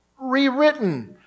rewritten